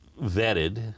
vetted